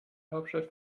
hauptstadt